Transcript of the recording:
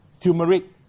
turmeric